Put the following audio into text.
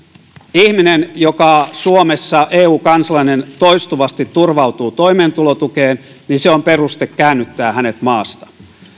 ihminen suomessa eu kansalainen toistuvasti turvautuu toimeentulotukeen niin se on peruste käännyttää hänet maasta